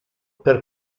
per